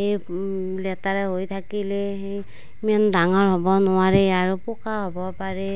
এই লেতেৰা হৈ থাকিলে সেই ইমান ডাঙৰ হ'ব নোৱাৰে আৰু পোক হ'ব পাৰে